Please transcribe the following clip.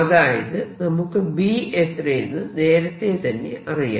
അതായത് നമുക്ക് B എത്രയെന്ന് നേരത്തെ തന്നെ അറിയാം